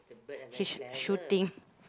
she she's shooting